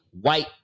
white